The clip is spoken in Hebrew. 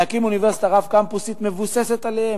להקים אוניברסיטה רב-קמפוסית שמבוססת עליהן.